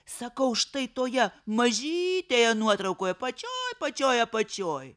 sakau štai toje mažytėje nuotraukoje pačioj pačioj apačioj